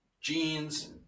jeans